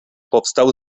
powstał